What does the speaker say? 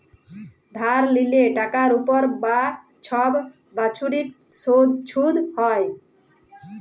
ধার লিয়ে টাকার উপর যা ছব বাচ্ছরিক ছুধ হ্যয়